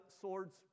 swords